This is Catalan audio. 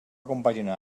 compaginar